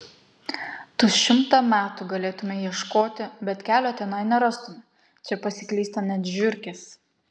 tu šimtą metų galėtumei ieškoti bet kelio tenai nerastumei čia pasiklysta net žiurkės